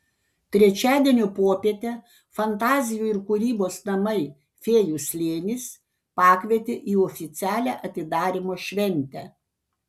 trečiadienio popietę fantazijų ir kūrybos namai fėjų slėnis pakvietė į oficialią atidarymo šventę